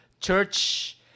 church